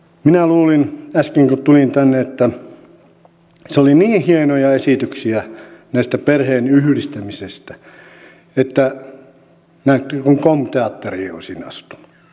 minä luulin äsken kun tulin tänne oli niin hienoja esityksiä näistä perheenyhdistämisistä että kuin kom teatteriin olisin astunut